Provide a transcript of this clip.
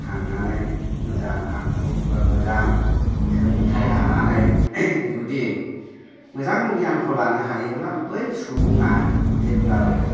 थांनानै मोजां आखु बा मोजां सोलोंथाइ लानानै जुदि मोजां गियानखौ लानो हायोब्ला बै सुबुङा जेब्लाबो